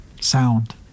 sound